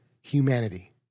humanity